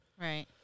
Right